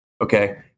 okay